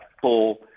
full